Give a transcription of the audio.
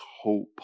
hope